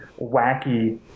wacky